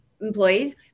employees